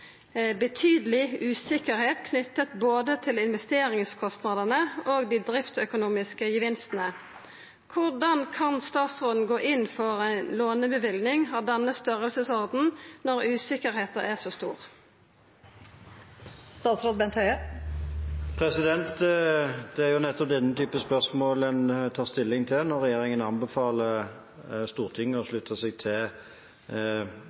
både til investeringskostnadene og de driftsøkonomiske gevinstene». Hvordan kan statsråden gå inn for en lånebevilgning av denne størrelsesordenen når usikkerheten er så stor?» Det er nettopp denne type spørsmål en tar stilling til når regjeringen anbefaler Stortinget å